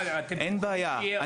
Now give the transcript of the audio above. אין בעיה.